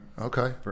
Okay